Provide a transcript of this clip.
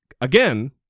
Again